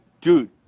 dude